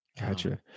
Gotcha